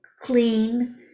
clean